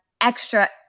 extra